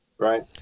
right